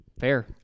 Fair